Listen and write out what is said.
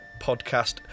podcast